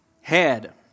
head